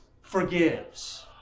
forgives